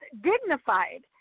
dignified